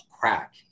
crack